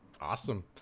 awesome